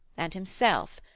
and himself,